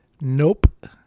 nope